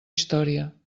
història